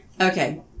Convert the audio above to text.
Okay